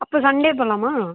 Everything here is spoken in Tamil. அப்போ சன்டே போகலாமா